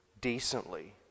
decently